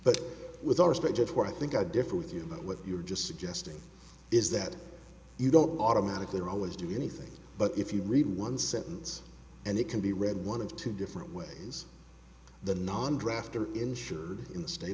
but with all respect to what i think i differ with you about what you're just suggesting is that you don't automatically or always do anything but if you read one sentence and it can be read one of two different ways the non drafter insured in the state